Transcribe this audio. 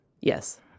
Yes